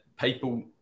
people